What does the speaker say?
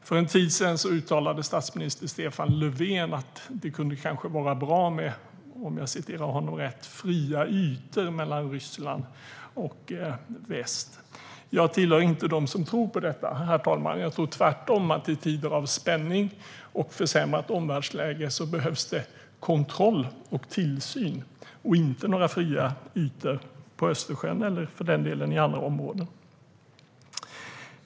För en tid sedan uttalade statsminister Stefan Löfven att det kanske kunde vara bra med "fria ytor" mellan Ryssland och väst. Herr talman! Jag hör inte till dem som tror på detta. Tvärtom, i en tid av spänning och ett försämrat omvärldsläge behövs det kontroll och tillsyn och inte några fria ytor vare sig i Östersjön eller i andra områden.